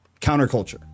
Counterculture